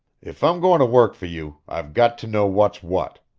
if i'm goin' to work for you, i've got to know what's what.